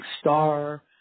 star